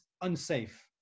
unsafe